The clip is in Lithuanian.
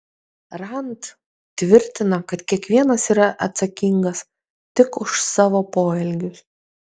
rand tvirtina kad kiekvienas yra atsakingas tik už savo poelgius